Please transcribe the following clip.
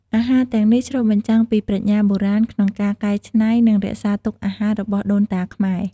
អាហារទាំងនេះឆ្លុះបញ្ចាំងពីប្រាជ្ញាបុរាណក្នុងការកែច្នៃ និងរក្សាទុកអាហាររបស់ដូនតាខ្មែរ។